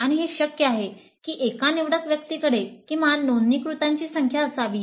आणि हे शक्य आहे की एका निवडक व्यक्तीकडे किमान नोंदणीकृतांचीच संख्या असावी